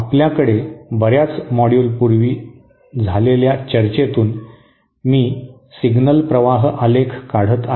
आपल्याकडे बऱ्याच मॉड्यूल पूर्वी झालेल्या चर्चेतून मी सिग्नल प्रवाह आलेख काढत आहे